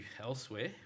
elsewhere